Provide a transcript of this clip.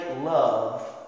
love